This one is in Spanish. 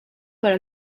para